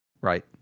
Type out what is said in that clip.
Right